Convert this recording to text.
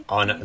on